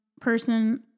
person